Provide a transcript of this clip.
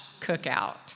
cookout